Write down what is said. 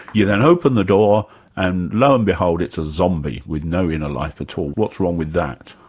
you then open the door and lo and behold it's a zombie with no inner life at all. what's wrong with that?